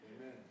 Amen